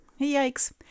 Yikes